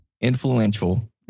influential